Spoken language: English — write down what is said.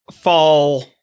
fall